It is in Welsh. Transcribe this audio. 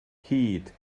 hud